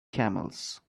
camels